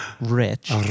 rich